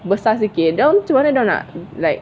besar sikit then macam mana dorang nak like